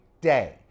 day